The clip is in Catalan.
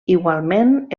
igualment